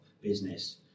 business